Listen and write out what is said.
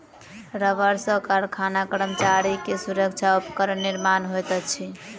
रबड़ सॅ कारखाना कर्मचारी के सुरक्षा उपकरण निर्माण होइत अछि